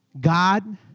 God